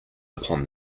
upon